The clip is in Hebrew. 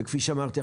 וכפי שאמרתי,